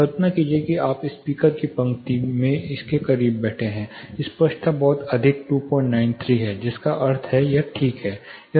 कल्पना कीजिए कि आप स्पीकर की पंक्ति में इसके करीब बैठे हैं स्पष्टता बहुत अधिक 293 है जिसका अर्थ है कि यह ठीक है